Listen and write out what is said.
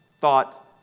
thought